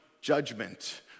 judgment